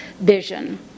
vision